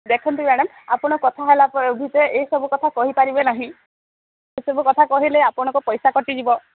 ଦେଖନ୍ତୁ ମ୍ୟାଡମ ଆପଣ କଥା ହେଲା ଭିିତରେ ଏଇସବୁ କଥା କହିପାରିବେ ନାହିଁ ଏସବୁ କଥା କହିଲେ ଆପଣଙ୍କ ପଇସା କଟିଯିବ